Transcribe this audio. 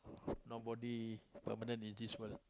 nobody permanent in this world